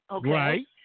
Right